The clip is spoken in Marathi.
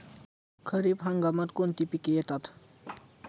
खरीप हंगामात कोणती पिके येतात?